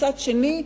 מצד שני,